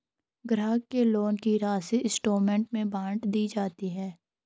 ग्राहक के लोन की राशि इंस्टॉल्मेंट में बाँट दी जाती है